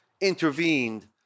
intervened